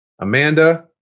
Amanda